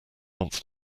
wants